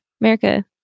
America